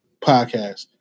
podcast